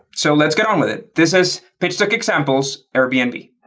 so let's get on with it this is pitch deck examples airbnb.